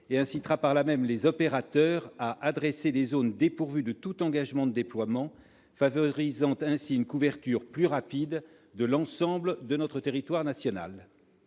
et incitera par là même les opérateurs à adresser des zones dépourvues de tout engagement de déploiement, favorisant ainsi une couverture plus rapide de l'ensemble de notre territoire national.